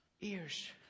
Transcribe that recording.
Ears